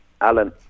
Alan